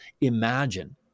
imagine